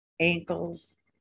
ankles